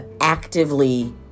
actively